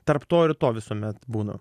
tarp to ir to visuomet būna